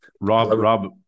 Rob